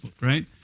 right